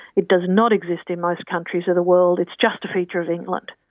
it does not exist in most countries of the world, it's just a feature of england.